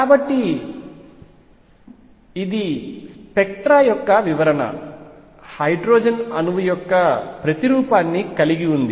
కాబట్టి ఇది స్పెక్ట్రా యొక్క వివరణ హైడ్రోజన్ అణువు యొక్క ప్రతిరూపాన్ని కలిగి ఉంది